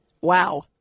Wow